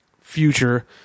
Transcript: future